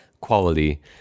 quality